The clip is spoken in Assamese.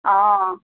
অঁ